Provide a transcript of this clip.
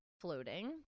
floating